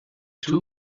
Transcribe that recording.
two